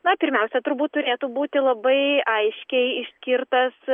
na pirmiausia turbūt turėtų būti labai aiškiai išskirtas